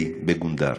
אלי, בגונדר.